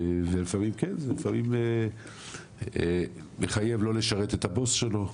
לפעמים זה מחייב לא לשרת את הבוס שלו,